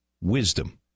Wisdom